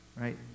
Right